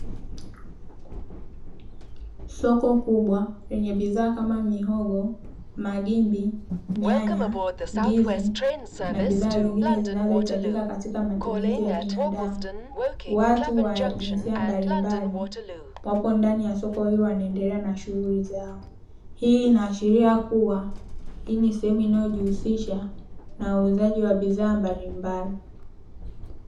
Soko kubwa kenye bidhaa kama mihogo, magimbi nyanya, ndizi na bidhaa zingine zinazohitajika katika matumizi ya binadamu, watu wa jinsia mbalimbali wapo ndani ya soko hilo wanaendelea na shuguli zao, hii inaashiria kuwa hii ni sehemu inayojihusisha na uuzaji wa bidhaa mbalimbali.